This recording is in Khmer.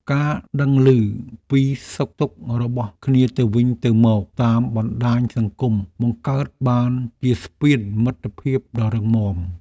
ការដឹងឮពីសុខទុក្ខរបស់គ្នាទៅវិញទៅមកតាមបណ្តាញសង្គមបង្កើតបានជាស្ពានមិត្តភាពដ៏រឹងមាំ។